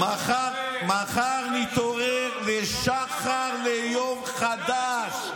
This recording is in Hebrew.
מחר נתעורר לשחר של יום חדש.